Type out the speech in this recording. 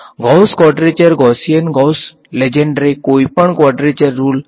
Gauss quadrature Gaussian Gauss Legendre કોઈપણ quadrature rule